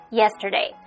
yesterday 。